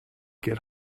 get